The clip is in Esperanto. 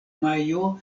majo